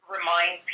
remind